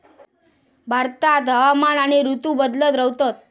भारतात हवामान आणि ऋतू बदलत रव्हतत